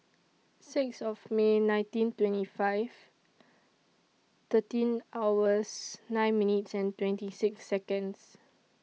six of May nineteen twenty five thirteen hours nine minutes twenty six Seconds